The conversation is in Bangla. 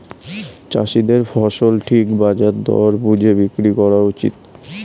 চাষীদের ফসল ঠিক বাজার দর বুঝে বিক্রি করা উচিত